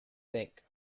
thick